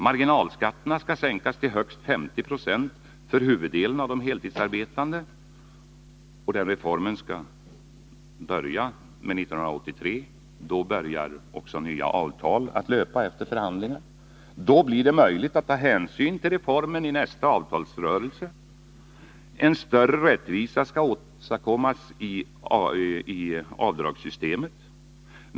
Marginalskatterna skall sänkas till högst 50 96 för huvuddelen av de heltidsarbetande med början 1983. Då börjar också nya avtal att löpa efter förhandlingar. Då blir det möjligt att ta hänsyn till reformen i nästa avtalsrörelse. En större rättvisa skall åstadkommas i avdragssystemet.